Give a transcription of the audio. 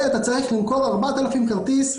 אתה צריך למכור 4,000 כרטיסים.